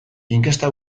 inkesta